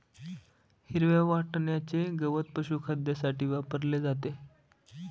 हिरव्या वाटण्याचे गवत पशुखाद्यासाठी वापरले जाते